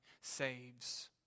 saves